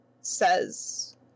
says